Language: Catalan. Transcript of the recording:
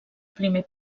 primer